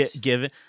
given